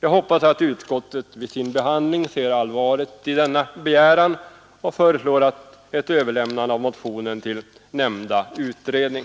Jag hoppas att utskottet vid sin behandling ser allvaret i denna begäran och föreslår ett överlämnande av motionen till nämnda utredning.